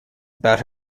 about